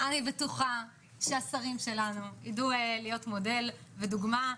אני בטוחה שהשרים שלנו יידעו להיות מודל ודוגמה,